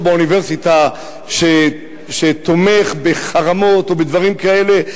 באוניברסיטה שתומך בחרמות או בדברים כאלה,